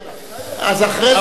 אז אחרי זה,